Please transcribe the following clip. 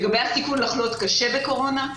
לגבי הסיכון לחלות קשה בקורונה,